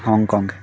Hong Kong